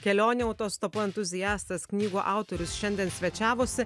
kelionių autostopu entuziastas knygų autorius šiandien svečiavosi